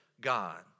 God